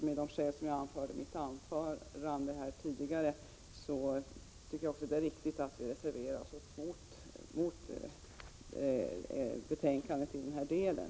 Med de skäl som jag anförde i mitt tidigare anförande, tycker jag att det är riktigt att vi reserverar oss mot betänkandet i den här delen.